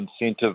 incentive